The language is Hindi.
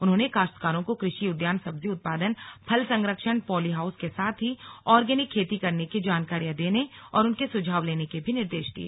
उन्होंने काश्तकारों को कृषि उद्यान सब्जी उत्पादन फल संरक्षण पॉली हाउस के साथ ही ऑर्गेनिक खेती करने की जानकारियां देने और उनके सुझाव लेने के निर्देश भी दिये